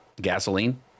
gasoline